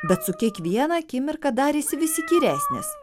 bet su kiekviena akimirka darėsi vis įkyresnis